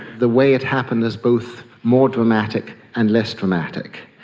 the way it happened is both more dramatic and less dramatic.